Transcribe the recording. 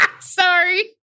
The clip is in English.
Sorry